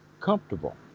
comfortable